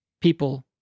people